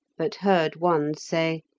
but heard one say,